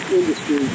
industry